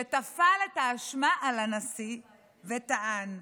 שטפל את האשמה על הנשיא וטען: